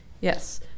Yes